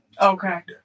Okay